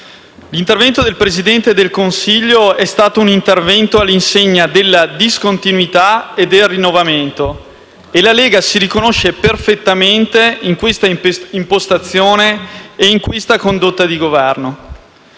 l'intervento del Presidente del Consiglio è stato all'insegna della discontinuità e del rinnovamento e la Lega si riconosce perfettamente in questa impostazione e in questa condotta di Governo.